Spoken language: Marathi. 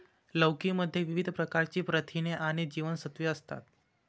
लौकी मध्ये विविध प्रकारची प्रथिने आणि जीवनसत्त्वे असतात